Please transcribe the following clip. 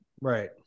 Right